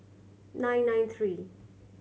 nine nine three